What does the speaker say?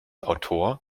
autor